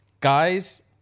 Guys